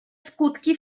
skutki